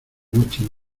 noche